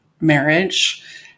marriage